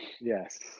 Yes